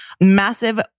massive